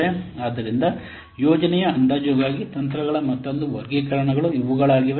ಆದ್ದರಿಂದ ಯೋಜನೆಯ ಅಂದಾಜುಗಾಗಿ ತಂತ್ರಗಳ ಮತ್ತೊಂದು ವರ್ಗೀಕರಣಗಳು ಇವುಗಳಾಗಿವೆ